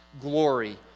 glory